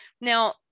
Now